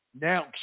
Now